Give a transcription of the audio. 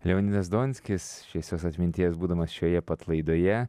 leonidas donskis šviesios atminties būdamas šioje pat laidoje